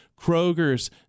Kroger's